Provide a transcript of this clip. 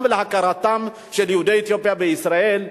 ולהכרתם של יהודי אתיופיה בישראל.